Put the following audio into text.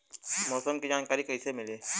मौसम के जानकारी कैसे मिली?